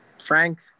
frank